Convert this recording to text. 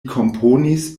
komponis